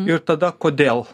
ir tada kodėl